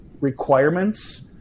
requirements